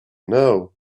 know